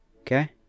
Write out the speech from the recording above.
okay